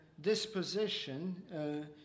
disposition